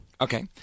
Okay